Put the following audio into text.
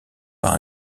par